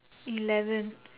eleven